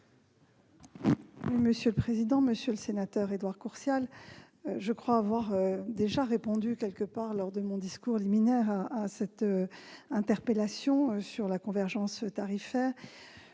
Mme la ministre. Monsieur le sénateur Édouard Courtial, je crois avoir déjà répondu, lors de mon discours liminaire, à cette interpellation sur la convergence tarifaire.